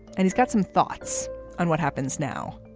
and he's got some thoughts on what happens now.